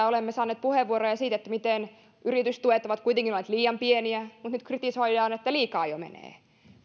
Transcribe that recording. olemme saaneet puheenvuoroja siitä miten yritystuet ovat kuitenkin olleet liian pieniä mutta nyt kritisoidaan että menee jo